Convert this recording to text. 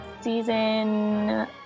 season